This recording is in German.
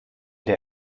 der